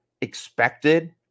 expected